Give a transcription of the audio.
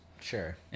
Sure